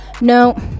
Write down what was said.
No